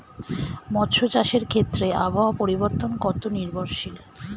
মৎস্য চাষের ক্ষেত্রে আবহাওয়া পরিবর্তন কত নির্ভরশীল?